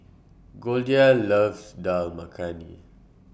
Goldia loves Dal Makhani